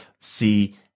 see